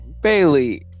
Bailey